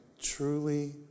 truly